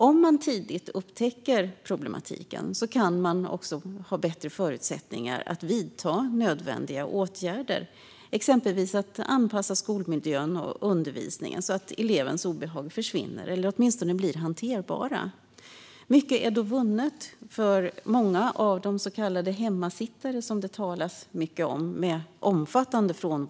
Om man tidigt upptäcker problematiken kan man få bättre förutsättningar att vidta nödvändiga åtgärder, exempelvis att anpassa skolmiljön och undervisningen så att elevens obehag försvinner eller åtminstone blir hanterbara. Mycket är då vunnet. Många av de så kallade hemmasittarna, som det talas mycket om, har en omfattande frånvaro.